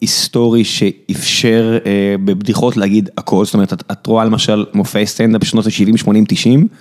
היסטורי שאיפשר בבדיחות להגיד הכל, זאת אומרת את רואה למשל מופעי סטנדאפ בשנות ה-70-80-90.